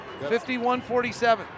51-47